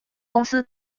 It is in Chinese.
公司